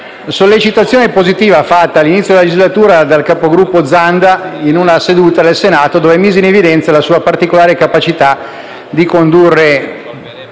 sollecitazione positiva fatta all'inizio della legislatura dal capogruppo Zanda in una seduta del Senato, allorquando mise in evidenza la sua particolare capacità di condurre